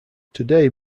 today